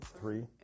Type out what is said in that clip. three